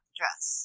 dress